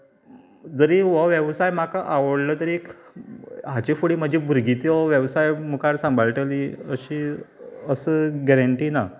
जरी हो वेवसाय म्हाका आवडलो तरीक हाचे फुडें म्हजी भुरगीं हो वेवसाय मुखार सांबाळटली अशी असो गेरिंन्टी ना